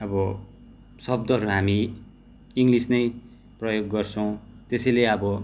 अब शब्दहरू हामी इङ्ग्लिस नै प्रयोग गर्छौँ त्यसैले अब